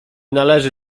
należy